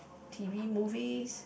t_v movies